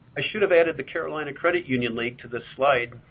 i should've added the carolina credit union league to this slide,